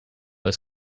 was